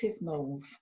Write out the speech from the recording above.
move